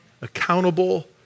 accountable